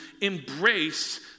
embrace